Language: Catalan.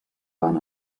van